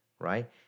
right